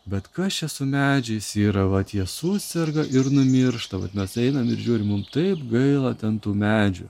bet kas čia su medžiais yra vat jie suserga ir numiršta vat mes einam ir žiūrim mum taip gaila ten tų medžių